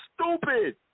stupid